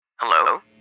Hello